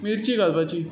मिरची घालपाची